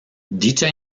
dicha